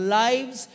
lives